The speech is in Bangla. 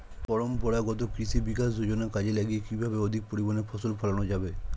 পরম্পরাগত কৃষি বিকাশ যোজনা কাজে লাগিয়ে কিভাবে অধিক পরিমাণে ফসল ফলানো যাবে?